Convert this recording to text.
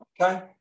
Okay